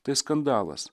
tai skandalas